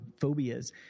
phobias